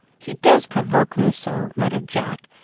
he does provoke me so, muttered jack,